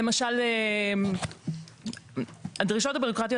למשל הדרישות הבירוקרטיות,